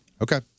Okay